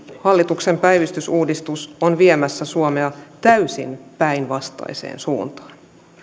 hallituksen päivystysuudistus on viemässä suomea täysin päinvastaiseen suuntaan